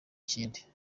kindi